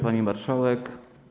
Pani Marszałek!